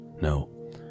No